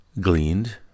gleaned